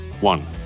one